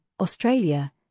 Australia